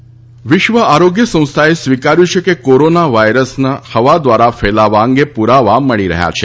WHO વિશ્વ આરોગ્ય સંસ્થાએ સ્વીકાર્યું છે કે કોરોના વાયરસના હવા દ્વારા ફેલાવા અંગે પુરાવા મળી રહ્યા છે